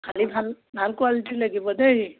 খালী ভাল ভাল কোৱালিটিৰ লাগিব দেই